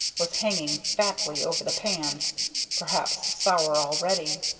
was hanging fatly over the pans perhaps sour already.